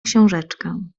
książeczkę